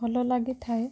ଭଲ ଲାଗି ଥାଏ